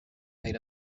made